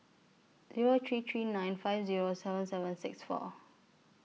Zero three three nine five Zero seven seven six four